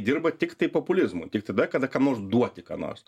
dirba tiktai populizmo tik tada kada kam nors duoti ką nors